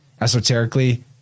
Esoterically